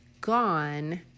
gone